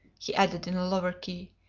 he added in a lower key,